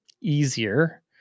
easier